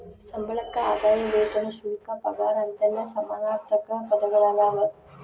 ಸಂಬಳಕ್ಕ ಆದಾಯ ವೇತನ ಶುಲ್ಕ ಪಗಾರ ಅಂತೆಲ್ಲಾ ಸಮಾನಾರ್ಥಕ ಪದಗಳದಾವ